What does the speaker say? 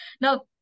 Now